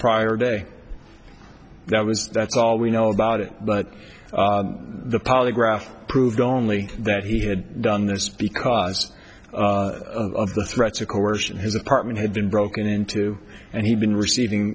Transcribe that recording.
was that's all we know about it but the polygraph proved only that he had done this because of the threats of coercion his apartment had been broken into and he'd been receiving